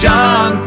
John